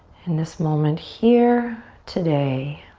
and this moment here today,